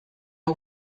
hau